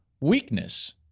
weakness